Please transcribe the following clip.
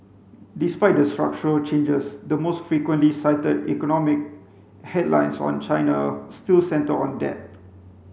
despite the structural changes the most frequently cited economic headlines on China still centre on debt